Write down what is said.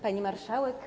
Pani Marszałek!